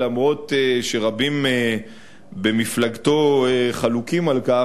אף שרבים במפלגתו חלוקים על כך,